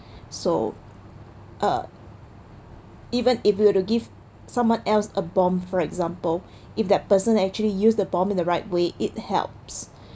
so uh even if you were to give someone else a bomb for example if that person actually use the bomb the right way it helps